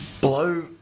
blow